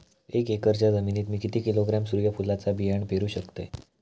एक एकरच्या जमिनीत मी किती किलोग्रॅम सूर्यफुलचा बियाणा पेरु शकतय?